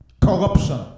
corruption